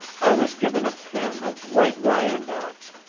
i was given a pen of white wyandottes.